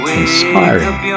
inspiring